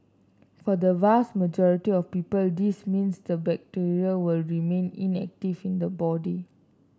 for the vast majority of people this means the bacteria will remain inactive in the body